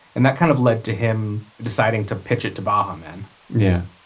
and that kind of led to him deciding to pitch it to baha men yeah.